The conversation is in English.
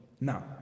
Now